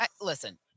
Listen